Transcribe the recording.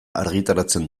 argitaratzen